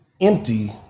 empty